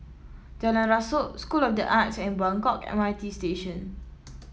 Jalan Rasok School of the Arts and Buangkok M R T Station